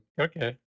Okay